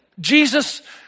Jesus